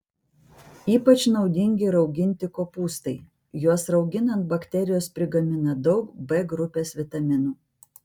ypač naudingi rauginti kopūstai juos rauginant bakterijos prigamina daug b grupės vitaminų